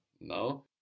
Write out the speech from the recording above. No